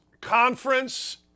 Conference